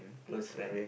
close friend